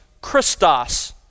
Christos